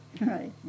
right